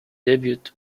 delayed